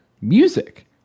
music